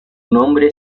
nombre